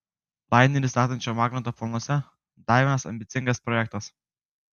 lainerį statančio magnato planuose dar vienas ambicingas projektas